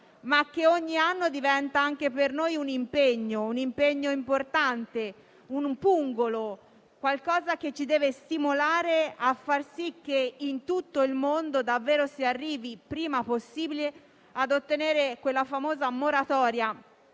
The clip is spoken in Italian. che ogni anno diventa anche per noi un impegno: un impegno importante, un pungolo, qualcosa che ci deve stimolare a far sì che in tutto il mondo davvero si arrivi prima possibile ad ottenere quella famosa moratoria,